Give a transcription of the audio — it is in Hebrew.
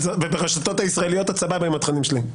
ברשתות הישראליות את סבבה עם התכנים שלי.